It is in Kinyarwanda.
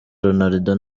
ronaldo